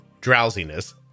drowsiness